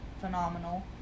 phenomenal